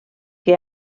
que